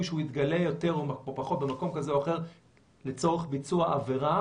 שהוא יתגלה יותר או פחות במקום כזה או אחר לצורך ביצוע עבירה